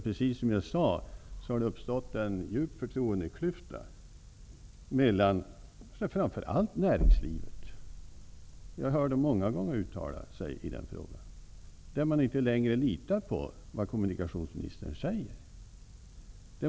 Precis som jag sade har det uppstått en djup förtroendeklyfta mellan kommunikationsministern och framför allt näringslivet -- jag har hört många uttala sig i den frågan. Man litar inte längre på vad kommunikationsministern säger.